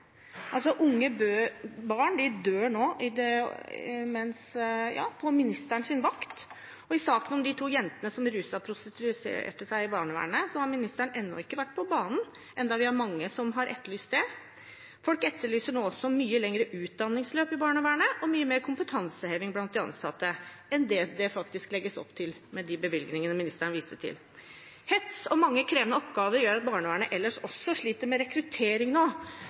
Unge og barn dør nå på ministerens vakt. Og i saken om de to jentene som ruset og prostituerte seg i barnevernet, har ministeren ennå ikke vært på banen, enda vi er mange som har etterlyst det. Folk etterlyser også mye lengre utdanningsløp i barnevernet og mye mer kompetanseheving blant de ansatte enn det det faktisk legges opp til med de bevilgningene ministeren viste til. Hets og mange krevende oppgaver gjør at barnevernet også sliter med rekruttering, noe NRK senest på mandag pekte på. Studenter kvier seg nå